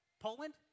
Poland